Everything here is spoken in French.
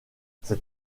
cet